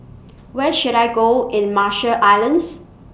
Where should I Go in Marshall Islands